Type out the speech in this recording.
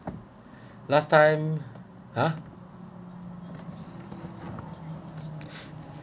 last time !huh!